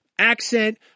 Accent